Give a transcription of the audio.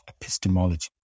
epistemology